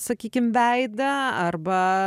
sakykim veidą arba